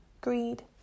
greed